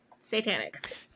satanic